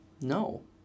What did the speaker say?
No